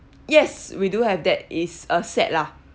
yes we do have that is A_S_A_P lah